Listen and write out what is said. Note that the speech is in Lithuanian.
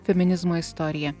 feminizmo istorija